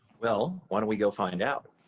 well, why don't we go find out?